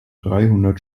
dreihundert